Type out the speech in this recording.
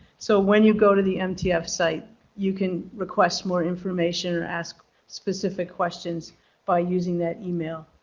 so when you go to the mtf site you can request more information and ask specific questions by using that email.